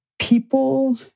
People